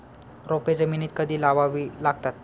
रोपे जमिनीत कधी लावावी लागतात?